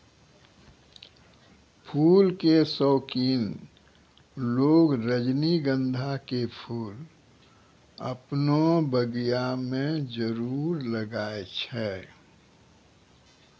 फूल के शौकिन लोगॅ रजनीगंधा के फूल आपनो बगिया मॅ जरूर लगाय छै